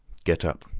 get up,